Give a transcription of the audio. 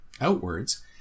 outwards